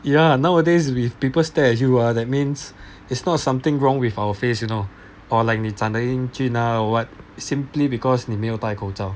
ya nowadays with people stare at you ah that means it's not something wrong with our face you know or like 你长得英俊 ah or what it's simply because 你没有戴口罩